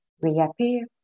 reappear